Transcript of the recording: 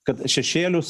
kad šešėlius